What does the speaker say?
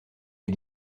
des